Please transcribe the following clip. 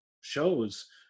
shows